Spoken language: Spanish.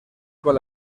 con